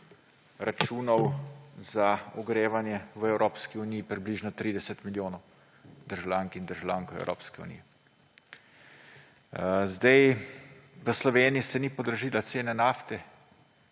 računov za ogrevanje v Evropski uniji približno 30 milijonov državljank in državljanov Evropske unije. V Sloveniji se ni podražila cena nafte,